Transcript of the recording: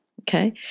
Okay